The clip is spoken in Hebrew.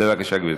בבקשה, גברתי.